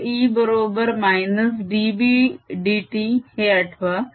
कर्लE बरोबर -dBdt हे आठवा